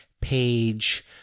page